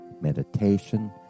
meditation